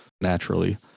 naturally